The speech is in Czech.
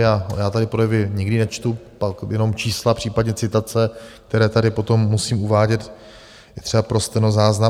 Já tady projevy nikdy nečtu, jenom čísla, případně citace, které tady potom musím uvádět třeba pro stenozáznam.